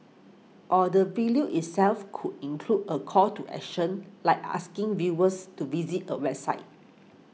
or the vileo itself could include a call to action like asking viewers to visit a website